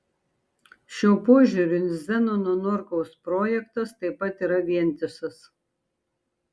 šiuo požiūriu zenono norkaus projektas taip pat yra vientisas